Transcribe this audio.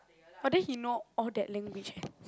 !wah! then he know all that language eh